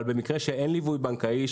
אבל במקרה שאין ליווי בנקאי,